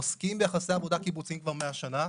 עוסקים ביחסי עבודה קיבוציים כבר מאה שנה.